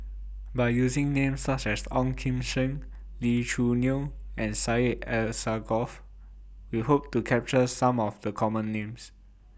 By using Names such as Ong Kim Seng Lee Choo Neo and Syed Alsagoff We Hope to capture Some of The Common Names